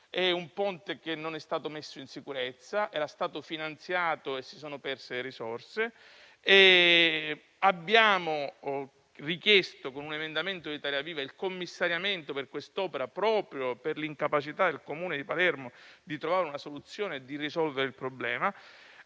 È un ponte che non è stato messo in sicurezza, che era stato finanziato e di cui si sono perse le risorse. Con un emendamento di Italia Viva abbiamo richiesto il commissariamento di quest'opera, proprio per l'incapacità del Comune di Palermo di trovare una soluzione e di risolvere il problema.